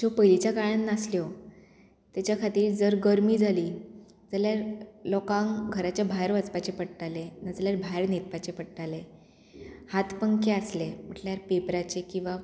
ज्यो पयलींच्या काळांत नासल्यो तेच्या खातीर जर गरमी जाली जाल्यार लोकांक घराच्या भायर वचपाचें पडटालें नाजाल्यार भायर न्हिदपाचें पडटालें हात पंखे आसले म्हटल्यार पेपराचे किंवां